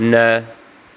न